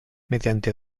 mediante